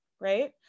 right